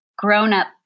grown-up